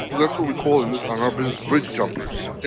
that's what we call in this on our business bridge jumpers.